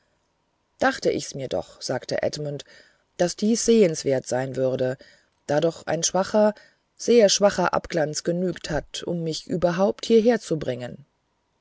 dachte ich mir's doch sagte edmund daß dies sehenswert sein müsse da doch ein schwacher sehr schwacher abglanz genügt hat um mich überhaupt hierher zu bringen